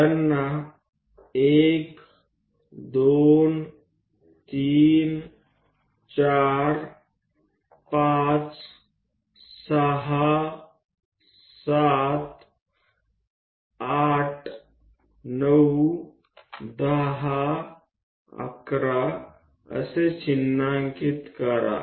તેમને 1 2 3 4 5 6 7 8 9 10 11 તરીકે ચિહ્નિત કરો